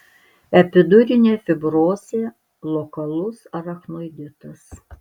epidurinė fibrozė lokalus arachnoiditas